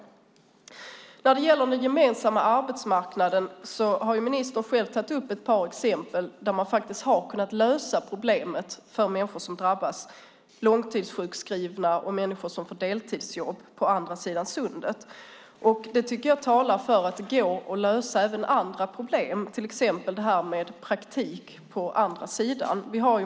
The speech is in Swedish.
När det gäller den gemensamma arbetsmarknaden har ministern själv tagit upp ett par exempel där man har kunnat lösa problemet för människor som drabbas. Det handlar om långtidssjukskrivna och människor som får deltidsjobb på andra sidan sundet. Jag tycker att det talar för att det går att lösa även andra problem, till exempel detta med praktik på andra sidan gränsen.